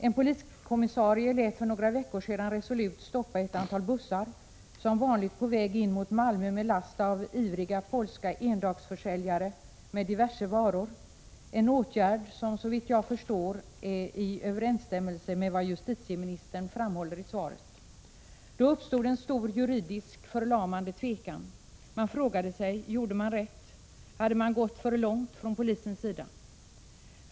En poliskommissarie lät för några veckor sedan resolut stoppa ett antal bussar, som vanligt på väg in mot Malmö med last av ivriga polska endagsförsäljare med diverse varor — en åtgärd som, såvitt jag förstår, står i överensstämmelse med vad justitieministern framhåller i svaret. Då uppstod en stor och förlamande juridisk tvekan. Man frågade sig: Gjorde man rätt? Hade polisen gått för långt?